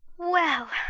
well,